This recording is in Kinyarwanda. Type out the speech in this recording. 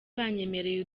baranyemereye